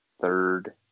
third